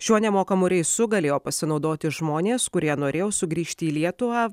šiuo nemokamu reisu galėjo pasinaudoti žmonės kurie norėjo sugrįžti į lietuvą